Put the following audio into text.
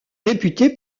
réputé